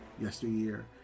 yesteryear